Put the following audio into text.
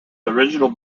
original